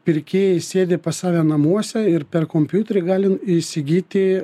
pirkėjai sėdi pas save namuose ir per kompiuterį gali įsigyti